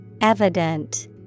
Evident